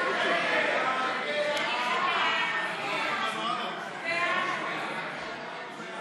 (חוקי עזר בעניין פתיחתם וסגירתם של עסקים בימי